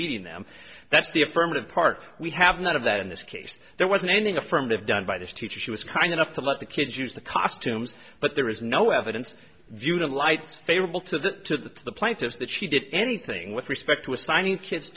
beating them that's the affirmative park we have none of that in this case there wasn't anything affirmative done by this teacher she was kind enough to let the kids use the costumes but there is no evidence viewed alights favorable to the plaintiffs that she did anything with respect to assigning kids